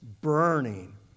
burning